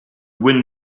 wind